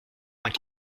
vingt